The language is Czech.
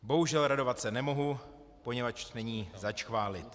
Bohužel radovat se nemohu, poněvadž není zač chválit.